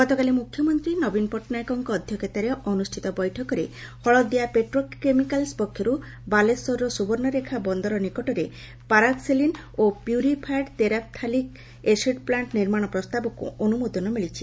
ଗତକାଲି ମୁଖ୍ୟମନ୍ତୀ ନବୀନ ପଟ୍ଟନାୟକଙ୍କ ଅଧ୍ୟକ୍ଷତାରେ ଅନୁଷ୍ଷତ ବୈଠକରେ ହଳଦିଆ ପେଟ୍ରୋକେମିକାଲ୍ସ ପକ୍ଷର୍ଠ ବାଲେଶ୍ୱର ସ୍ବବର୍ଷରେଖା ବନ୍ଦର ନିକଟରେ ପାରାକ୍ଲିନ୍ ଓ ପ୍ୟୁରିଫାଏଡ୍ ତେରାପ୍ଥାଲିକ୍ ଏସିଡ୍ ପ୍ଲାଣ୍ ନିର୍ମାଣ ପ୍ରସ୍ତାବକୁ ଅନୁମୋଦନ ମିଳିଛି